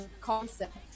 concept